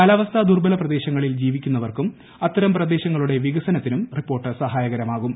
കാലാവസ്ഥാ ദുർബല പ്രദേശങ്ങളിൽ ജീവിക്കുന്നവർക്കും അത്തരം പ്രദേശങ്ങളുടെ വികസനത്തിനും റിപ്പോർട്ട് സഹായകരമാകും